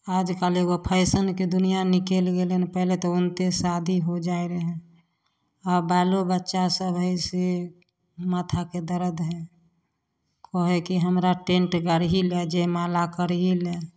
आजकल एगो फैशनके दुनिआ निकलि गेल हँ पहिले तुरन्ते शादी हो जाइ रहै आओर बालो बच्चासभ हइ से माथाके दरद हइ कहै हइ कि हमरा टेन्ट गाड़िहे लए हइ जयमाला करहि लए